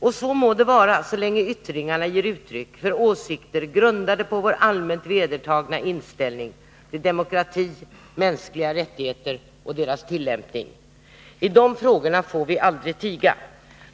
Och så må det vara, så länge yttringarna ger uttryck för åsikter grundade på vår allmänt vedertagna inställning till demokrati, mänskliga rättigheter och deras tillämpning. I de frågorna får vi aldrig tiga.